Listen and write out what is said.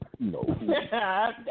No